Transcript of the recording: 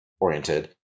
oriented